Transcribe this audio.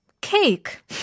cake